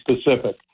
specific